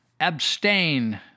abstain